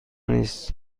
نیست